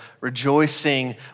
rejoicing